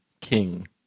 king